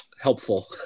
helpful